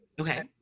Okay